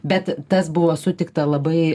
bet tas buvo sutikta labai